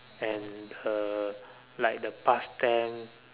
and her like the past tense